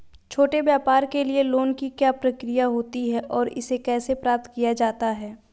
छोटे व्यापार के लिए लोंन की क्या प्रक्रिया होती है और इसे कैसे प्राप्त किया जाता है?